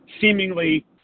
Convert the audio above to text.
seemingly